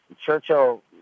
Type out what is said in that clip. Churchill